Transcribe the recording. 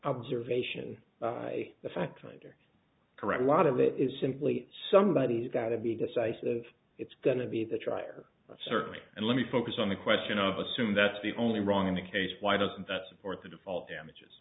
observation by the fact finder correct lot of it is simply somebody's got to be decisive it's going to be the trier certainly and let me focus on the question of assume that's the only wrong in the case why doesn't that support the default damages